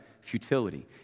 futility